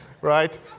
Right